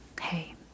Hey